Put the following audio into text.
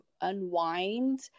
unwind